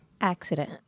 Accident